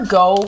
go